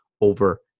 over